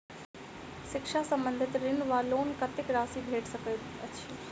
शिक्षा संबंधित ऋण वा लोन कत्तेक राशि भेट सकैत अछि?